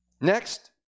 Next